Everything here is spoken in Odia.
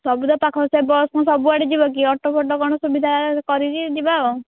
ସବୁ ତ ପାଖ ସେ ବସ୍ ସବୁଆଡ଼େ ଯିବା କି ଅଟୋ ଫଟୋ କ'ଣ ସୁବିଧା କରିକି ଯିବା ଆଉ